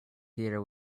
theater